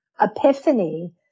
epiphany